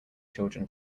children